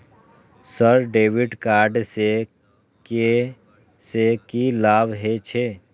Sir debit card से की से की लाभ हे छे?